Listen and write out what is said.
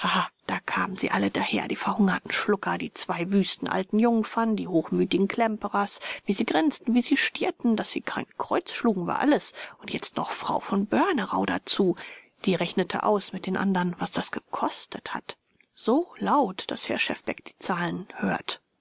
da kamen sie alle daher die verhungerten schlucker die zwei wüsten alten jungfern die hochmütigen klemperers wie sie grinsten wie sie stierten daß sie kein kreuz schlugen war alles und jetzt noch frau von börnerau dazu die rechnen aus mit den andern was das gekostet hat so laut daß herr schefbeck die zahlen hört